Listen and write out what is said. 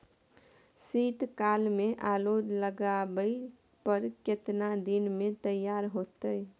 शीत काल में आलू लगाबय पर केतना दीन में तैयार होतै?